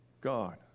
God